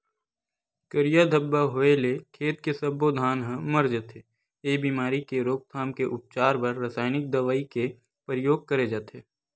करिया धब्बा होय ले खेत के सब्बो धान ह मर जथे, ए बेमारी के रोकथाम के उपचार बर रसाइनिक दवई के परियोग करे जाथे